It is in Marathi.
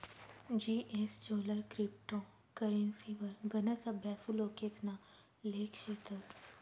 जीएसचोलर क्रिप्टो करेंसीवर गनच अभ्यासु लोकेसना लेख शेतस